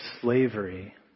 slavery